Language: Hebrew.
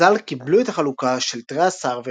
חז"ל קבלו את החלוקה של תרי עשר,